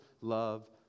love